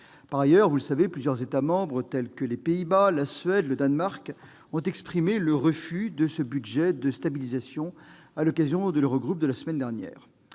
Par ailleurs, plusieurs États membres, tels que les Pays-Bas, la Suède et le Danemark, ont exprimé leur refus de ce budget de stabilisation, à l'occasion de l'Eurogroupe de la semaine dernière.